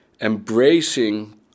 embracing